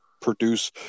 produce